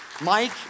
Mike